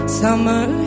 summer